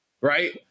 right